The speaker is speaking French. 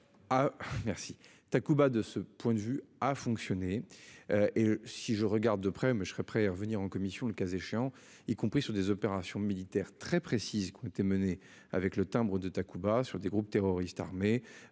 Merci Takuba de ce point de vue à fonctionner. Et si je regarde de près, mais je serai prêt à revenir en commission, le cas échéant, y compris sur des opérations militaires très précises qui ont été menées avec le timbre de Takuba sur des groupes terroristes armés.